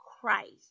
Christ